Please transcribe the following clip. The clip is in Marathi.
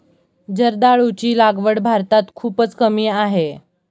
जर्दाळूची लागवड भारतात खूपच कमी आहे